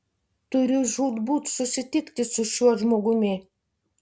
turiu žūtbūt susitikti su šiuo žmogumi